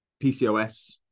PCOS